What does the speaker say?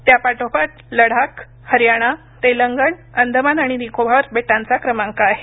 त्यापाठोपाठ लडाख हरियाणा तेलंगण अंदमान आणि निकोबर बेटांचा क्रमांक आहे